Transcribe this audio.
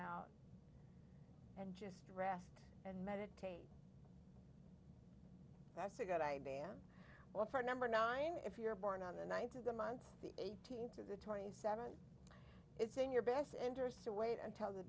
out just rest and meditate that's a good i damn well for number nine if you're born on the ninth of the month the eighteenth or the twenty seventh it's in your best interests to wait until the